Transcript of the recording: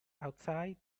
outside